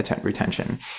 retention